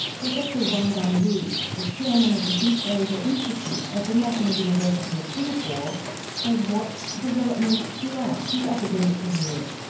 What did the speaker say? professor wang gungwu, the chairman of the east asia institute at the national university of singapore has watched developments throughout his academic career.